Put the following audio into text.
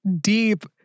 deep